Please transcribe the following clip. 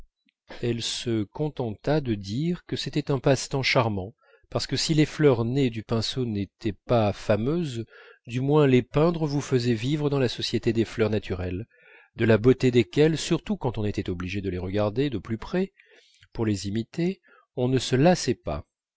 elle se contenta de dire que c'était un passe-temps charmant parce que si les fleurs nées du pinceau n'étaient pas fameuses du moins les peindre vous faisait vivre dans la société des fleurs naturelles de la beauté desquelles surtout quand on était obligé de les regarder de plus près pour les imiter on ne se lassait pas